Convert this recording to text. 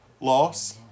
loss